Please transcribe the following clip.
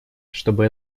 чтобы